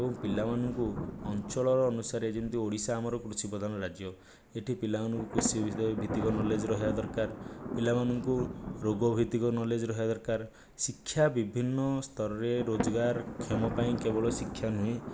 ଏବଂ ପିଲାମାନଙ୍କୁ ଅଞ୍ଚଳର ଅନୁସାରେ ଯେମିତି ଓଡ଼ିଶା ଆମର କୃଷି ପ୍ରଧାନ ରାଜ୍ୟ ଏଠି ପିଲାମାନଙ୍କୁ କୃଷି ଭିତ୍ତିକ କ୍ନୋଲେଜ୍ ରହିବା ଦରକାର ପିଲାମାନଙ୍କୁ ରୋଗଭିତ୍ତିକ କ୍ନୋଲେଜ୍ ରହିବା ଦରକାର ଶିକ୍ଷା ବିଭିନ୍ନ ସ୍ତରରେ ରୋଜଗାରକ୍ଷମ ପାଇଁ କେବଳ ଶିକ୍ଷା ନୁହେଁ